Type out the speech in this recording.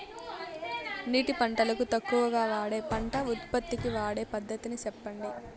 నీటిని పంటలకు తక్కువగా వాడే పంట ఉత్పత్తికి వాడే పద్ధతిని సెప్పండి?